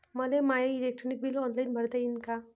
मले माय electric bill online भरता येईन का?